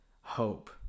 hope